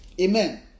Amen